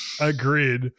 Agreed